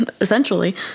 essentially